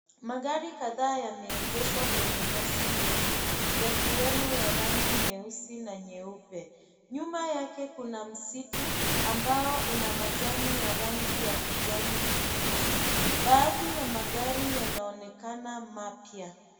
Magari kadhaa yameegeshwa kwenye nyasi ndefu yakiwemo ya rangi nyeusi na nyeupe. Nyuma yake kuna msitu ambao una majani ya rangi ya kijani kibichi. Baadhi ya magari yanaonekana mapya.